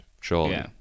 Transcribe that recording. surely